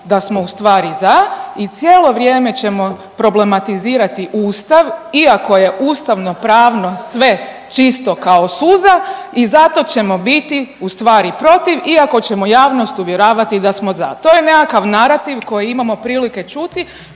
da smo ustvari za i cijelo vrijeme ćemo problematizirati ustav iako je ustavnopravno sve čisto kao suza i zato ćemo biti ustvari protiv iako ćemo javnost uvjeravati da smo za. To je nekakav narativ koji imamo prilike čuti,